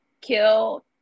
kill